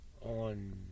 on